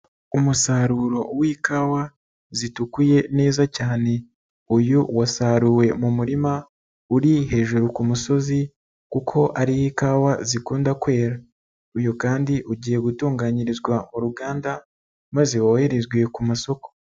Umusaruro w'ikawa zitukuye neza cyane, uyu wasaruwe mu murima uri hejuru musozi kuko ariho ikawa zikunda kwera, uyu kandi ugiye gutunganyirizwa uruganda, maze woherezwa ku masoko.